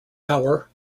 power